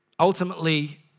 ultimately